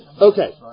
Okay